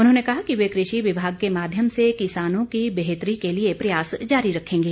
उन्होंने कहा कि वे कृषि विभाग के माध्यम से किसानों की बेहतरी के लिए प्रयास जारी रखेंगे